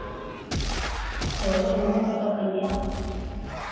ᱦᱳᱭ ᱚᱱᱟ ᱢᱟ ᱠᱟᱛᱷᱟ ᱠᱟᱱ ᱜᱮᱭᱟ